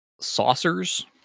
saucers